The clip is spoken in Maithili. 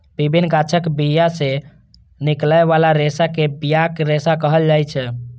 विभिन्न गाछक बिया सं निकलै बला रेशा कें बियाक रेशा कहल जाइ छै